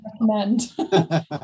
recommend